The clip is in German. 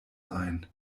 ein